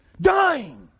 Dying